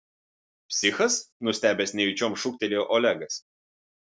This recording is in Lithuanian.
psichas nustebęs nejučiom šūktelėjo olegas